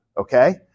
okay